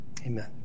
amen